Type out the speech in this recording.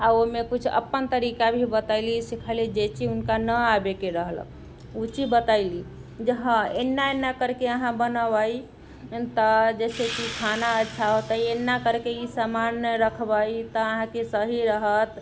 आओर ओइमे किछु अपन तरीका भी बतैली सीखैली जे चीज उनका नहि आबैके रहलक उ चीज बतैली जे हँ एना एना करके अहाँ बनऽबै तऽ जैसे कि खाना खाउ तऽ एना करके ई समान रखबै तऽ अहाँके सही रहत